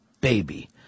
baby